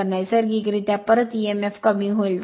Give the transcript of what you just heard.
तर नैसर्गिकरित्या परत Emf कमी होईल